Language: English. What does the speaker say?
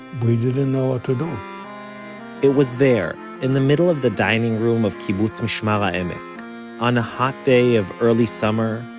we didn't know what to do it was there, in the middle of the dining room of kibbutz mishmar ha'emek on a hot day of early summer,